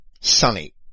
sunny